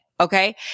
Okay